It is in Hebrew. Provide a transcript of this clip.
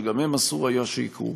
שגם הם אסור שיקרו.